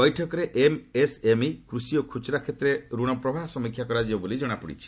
ବୈଠକରେ ଏମ୍ଏସ୍ଏମ୍ଇ କୃଷି ଓ ଖୁଚୁରା କ୍ଷେତ୍ରରେ ଋଣ ପ୍ରବାହ ସମୀକ୍ଷା କରାଯିବ ବୋଲି ଜଣାପଡ଼ିଛି